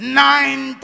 nine